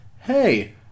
hey